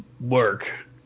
work